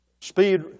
speed